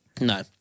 No